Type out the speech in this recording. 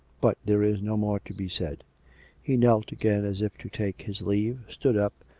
but there is no more to be said he kneeled again as if to take his leave, stood up,